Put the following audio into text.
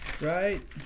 right